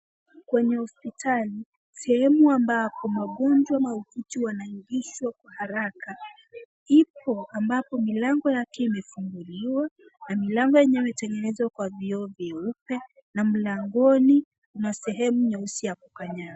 Kwenye hospitali, sehemu ambapo wagonjwa mahututi wanaingishwa kwa haraka ipo, ambapo milango yake imefunguliwa na milango yenyewe imetengenezwa kwa vioo vyeupe na mlangoni kuna sehemu nyeusi ya kukanyaga.